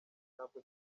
ntabwo